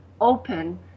open